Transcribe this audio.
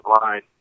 line